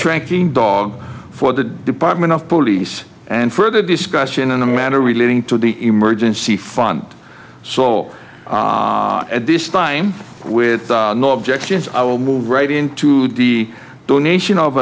tranxene dog for the department of police and further discussion on the matter relating to the emergency fund sol at this time with no objections i will move right into the donation of